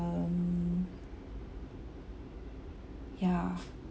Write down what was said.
um yeah